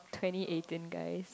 twenty eighteen guys